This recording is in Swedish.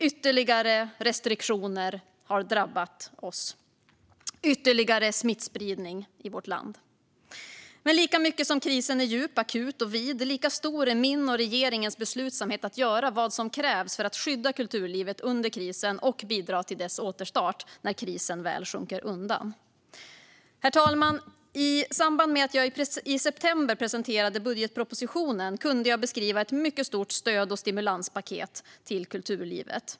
Ytterligare restriktioner har drabbat oss, och vi ser ytterligare smittspridning i vårt land. Men lika djup, akut och vid som krisen är, lika stor är min och regeringens beslutsamhet att göra vad som krävs för att skydda kulturlivet under krisen och bidra till dess återstart när krisen väl sjunker undan. Herr talman! I samband med att jag i september presenterade budgetpropositionen kunde jag beskriva ett mycket stort stöd och stimulanspaket till kulturlivet.